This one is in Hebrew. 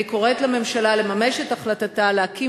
אני קוראת לממשלה לממש את החלטתה להקים